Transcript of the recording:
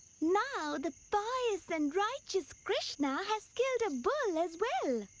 now the pious and righteous krishna has killed a bull, as well.